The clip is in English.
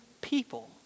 people